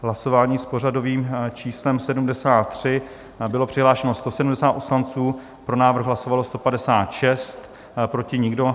V hlasování s pořadovým číslem 73 bylo přihlášeno 170 poslanců, pro návrh hlasovalo 156, proti nikdo.